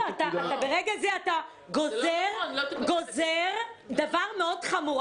ברגע זה אתה גוזר דבר חמור מאוד.